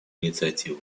инициативу